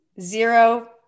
Zero